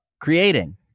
creating